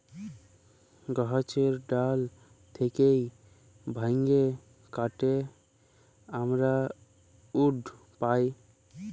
গাহাচের ডাল থ্যাইকে ভাইঙে কাটে আমরা উড পায়